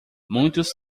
muitos